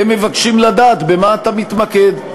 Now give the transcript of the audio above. הם מבקשים לדעת במה אתה מתמקד,